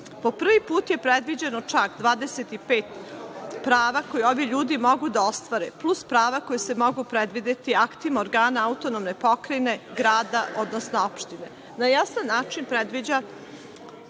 prvi put je predviđeno čak 25 prava koja ovi ljudi mogu da ostvare, plus prava koja se mogu predvideti aktima organa autonomne pokrajine, grada, odnosno opštine. Na jasan način predviđa